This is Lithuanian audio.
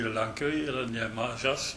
ir lenkijoj yra nemažas